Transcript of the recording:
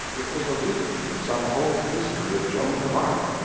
it was a leaf from some old history of joan of arc,